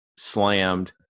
slammed